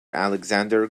alexander